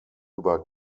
über